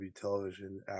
television